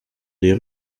des